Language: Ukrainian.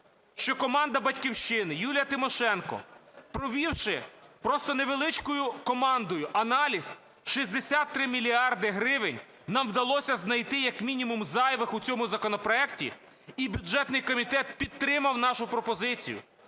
що команда "Батьківщини", Юлія Тимошенко, провівши просто невеличкою командою аналіз, 63 мільярди гривень нам вдалося знайти як мінімум зайвих у цьому законопроекті і бюджетний комітет підтримав нашу пропозицію.